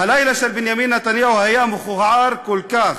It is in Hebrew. הלילה של בנימין נתניהו היה מכוער כל כך,